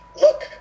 look